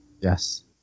Yes